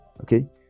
Okay